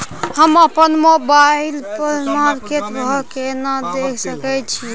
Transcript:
हम अपन मोबाइल पर मार्केट भाव केना देख सकै छिये?